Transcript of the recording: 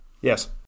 Yes